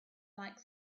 like